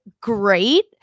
great